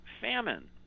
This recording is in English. famine